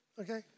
Okay